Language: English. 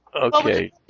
Okay